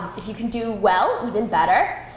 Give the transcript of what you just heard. if you can do well, even better.